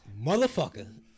Motherfucker